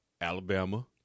Alabama